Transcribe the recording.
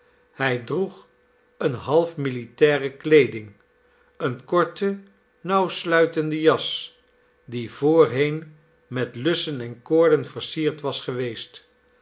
hij droeg eene half militaire weeding een korten nauwsluitenden jas die voorheen met lussen en koorden versierd was geweest